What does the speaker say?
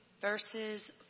verses